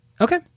Okay